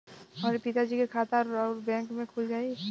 हमरे पिता जी के खाता राउर बैंक में खुल जाई?